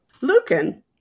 Lucan